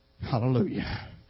Hallelujah